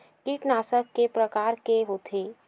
कीटनाशक के प्रकार के होथे?